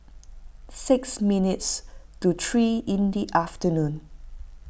six minutes to three in the afternoon